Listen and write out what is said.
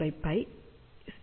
01